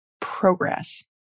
progress